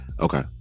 Okay